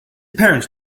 parents